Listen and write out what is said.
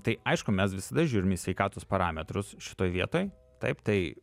tai aišku mes visada žiūrim į sveikatos parametrus šitoj vietoj taip tai